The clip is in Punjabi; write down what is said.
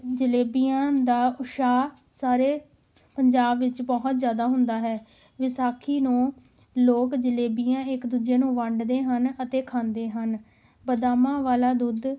ਜਲੇਬੀਆਂ ਦਾ ਉਤਸ਼ਾਹ ਸਾਰੇ ਪੰਜਾਬ ਵਿੱਚ ਬਹੁਤ ਜ਼ਿਆਦਾ ਹੁੰਦਾ ਹੈ ਵਿਸਾਖੀ ਨੂੰ ਲੋਕ ਜਲੇਬੀਆਂ ਇੱਕ ਦੂਜੇ ਨੂੰ ਵੰਡਦੇ ਹਨ ਅਤੇ ਖਾਂਦੇ ਹਨ ਬਦਾਮਾਂ ਵਾਲਾ ਦੁੱਧ